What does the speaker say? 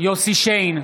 יוסף שיין,